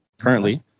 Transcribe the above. Currently